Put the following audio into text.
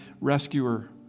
rescuer